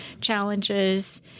challenges